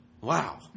wow